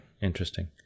interesting